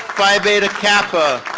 phi beta kappa,